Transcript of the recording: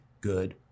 good